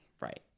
Right